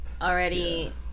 already